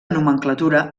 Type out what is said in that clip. nomenclatura